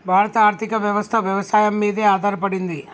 భారత ఆర్థికవ్యవస్ఠ వ్యవసాయం మీదే ఆధారపడింది